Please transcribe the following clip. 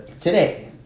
today